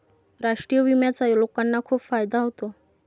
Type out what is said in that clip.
राष्ट्रीय विम्याचा लोकांना खूप फायदा होतो